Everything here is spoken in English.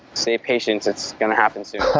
safe patients, it's going to happen soon